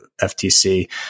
FTC